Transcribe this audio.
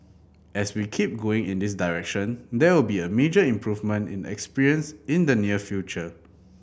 as we keep going in this direction there will be a major improvement in experience in the near future